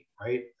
right